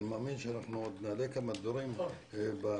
אני מאמין שאנחנו נעלה עוד כמה דברים בהמשך.